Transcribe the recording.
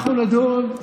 אנחנו נדון.